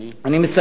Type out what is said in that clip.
אני מסכם.